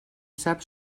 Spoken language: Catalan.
sap